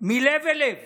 מלב אל לב